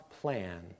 plan